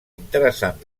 interessant